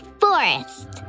forest